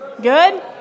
Good